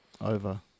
over